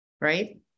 right